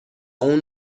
اون